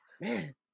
man